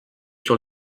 sur